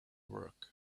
work